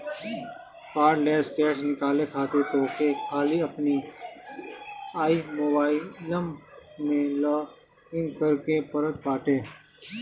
cardless cash निकाले खातिर तोहके खाली अपनी आई मोबाइलम में लॉगइन करे के पड़त बाटे